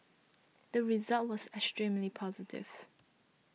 the result was extremely positive